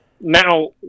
now